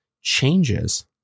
changes